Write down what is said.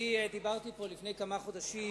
דיברתי פה לפני כמה חודשים